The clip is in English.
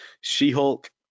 She-Hulk